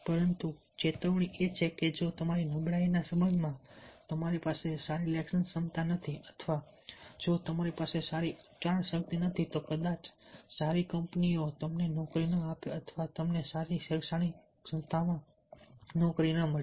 પર્યાવરણમાં ચેતવણી એ છે કે જો તમારી નબળાઈના સંબંધમાં તમારી પાસે સારી લેખન ક્ષમતા નથી અથવા જો તમારી પાસે સારી ઉચ્ચારણ શક્તિ નથી તો કદાચ સારી કંપનીઓ તમને નોકરી ન આપે અથવા તમને સારી શૈક્ષણિક સંસ્થામાં સારી નોકરી ન મળે